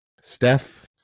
Steph